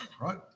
right